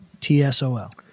TSOL